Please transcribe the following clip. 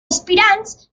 aspirants